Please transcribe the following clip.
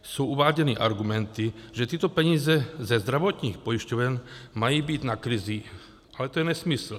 Jsou uváděny argumenty, že tyto peníze ze zdravotních pojišťoven mají být na krizi, ale to je nesmysl.